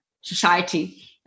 Society